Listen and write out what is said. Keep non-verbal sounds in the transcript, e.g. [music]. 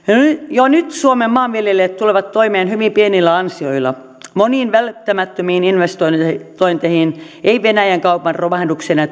jo nyt suomen maanviljelijät tulevat toimeen hyvin pienillä ansioilla moniin välttämättömiin investointeihin investointeihin ei venäjän kaupan romahduksen ja [unintelligible]